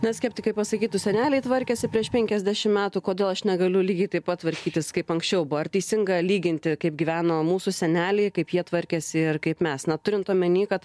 na skeptikai pasakytų seneliai tvarkėsi prieš penkiasdešim metų kodėl aš negaliu lygiai taip pat tvarkytis kaip anksčiau buvo ar teisinga lyginti kaip gyveno mūsų seneliai kaip jie tvarkėsi ir kaip mes na turint omeny kad